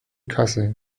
kassel